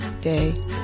day